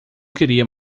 queria